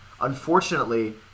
unfortunately